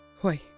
Why